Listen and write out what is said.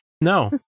No